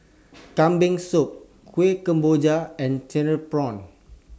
Kambing Soup Kueh Kemboja and Cereal Prawns